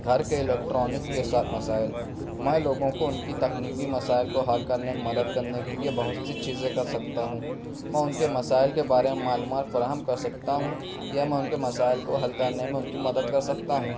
گھر کے الیکٹرانک کے ساتھ مسائل میں لوگوں کو ان کی تکنیکی مسائل کو حل کرنے میں مدد کرنے کے لیے بہت سی چیزیں کر سکتا ہوں میں ان کے مسائل کے بارے میں معلومات فراہم کر سکتا ہوں یا میں ان کے مسائل کو حل کرنے میں ان کی مدد کر سکتا ہوں